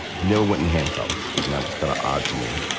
you know went in handcuffs, and that was kind of odd to me.